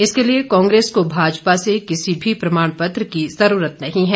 इसके लिए कांग्रेस को भाजपा से किसी भी प्रमाणपत्र की जरूरत नहीं है